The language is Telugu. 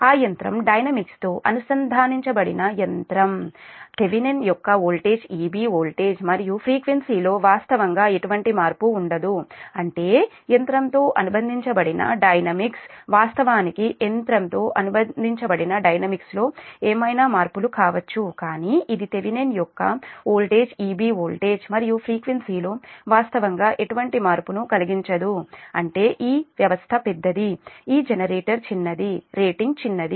ఆ యంత్రం డైనమిక్స్ తో అనుబంధించబడిన యంత్రం థెవెనిన్ యొక్క వోల్టేజ్ EB వోల్టేజ్ మరియు ఫ్రీక్వెన్సీలో వాస్తవంగా ఎటువంటి మార్పు ఉండదు అంటే యంత్రంతో అనుబంధించబడిన డైనమిక్స్ వాస్తవానికి యంత్రంతో అనుబంధించబడిన డైనమిక్స్లో ఏమైనా మార్పులు కావచ్చు కానీ ఇది థెవెనిన్ యొక్క వోల్టేజ్ EB వోల్టేజ్ మరియు ఫ్రీక్వెన్సీలో వాస్తవంగా ఎటువంటి మార్పును కలిగించదు అంటే ఈ వ్యవస్థ పెద్దది ఈ జనరేటర్ చిన్నది రేటింగ్ చిన్నది